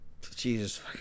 Jesus